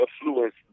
affluence